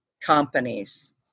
companies